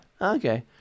okay